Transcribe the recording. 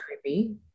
creepy